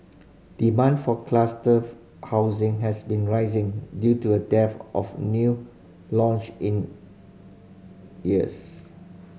demand for cluster housing has been rising due to a dearth of new launch in years